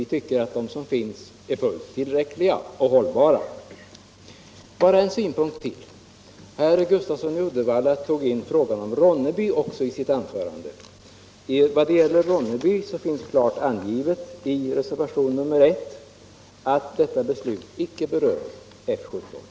Vi tycker att de som finns är fullt tillräckliga och hållbara. Bara en synpunkt till. Herr Gustafsson i Uddevalla tog i sitt anförande upp frågan om Ronneby. Vad gäller Ronneby finns i reservationen 1 klart angivet att detta beslut inte berör F 17.